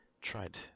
tried